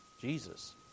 Jesus